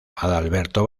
adalberto